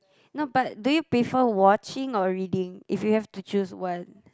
no but do you prefer watching or reading if you have to choose one